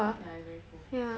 yeah it's very cool